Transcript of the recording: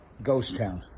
ghost town.